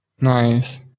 Nice